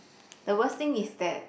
the worst thing is that